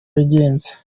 wagenze